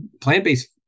plant-based